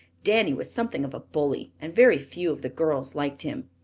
danny was something of a bully and very few of the girls liked him.